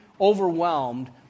overwhelmed